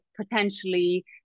potentially